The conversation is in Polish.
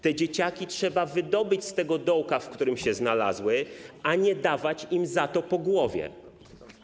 Te dzieciaki trzeba wydobyć z tego dołka, w którym się znalazły, a nie dawać im za to po głowie.